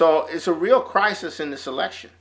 so it's a real crisis in the selection